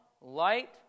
light